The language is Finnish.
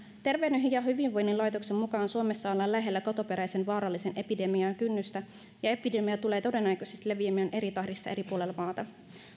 terveyden ja hyvinvoinnin laitoksen mukaan suomessa ollaan lähellä kotoperäisen vaarallisen epidemian kynnystä ja epidemia tulee todennäköisesti leviämään eri tahdissa eri puolilla maata